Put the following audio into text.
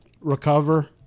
recover